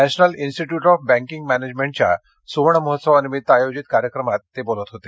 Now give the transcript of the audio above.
national Institute of Banking मॅनेजमेंटच्या सुवर्ण महोत्सवानिमित्त आयोजित कार्यक्रमात ते बोलत होते